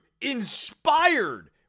inspired